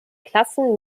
klassen